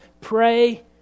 pray